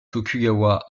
tokugawa